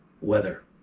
weather